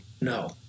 No